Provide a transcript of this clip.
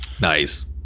Nice